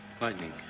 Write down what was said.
Lightning